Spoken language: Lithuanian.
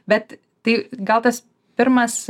bet tai gal tas pirmas